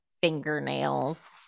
fingernails